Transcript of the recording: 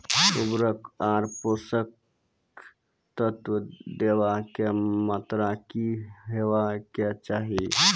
उर्वरक आर पोसक तत्व देवाक मात्राकी हेवाक चाही?